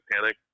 panic